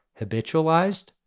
habitualized